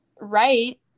right